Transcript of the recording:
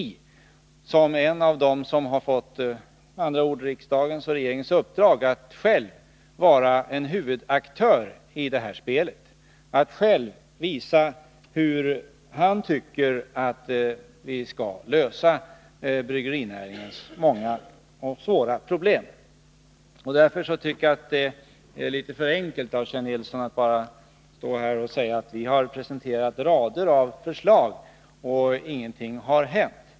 Han är ju därmed en av dem som har fått riksdagens och regeringens uppdrag att vara huvudaktörer i det här spelet och att själva visa hur de tycker att vi skall lösa bryggerinäringens många och svåra problem. Därför tycker jag att det är litet för enkelt av Kjell Nilsson att säga att man har presenterat rader av förslag men att ingenting har hänt.